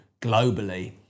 globally